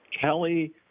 Kelly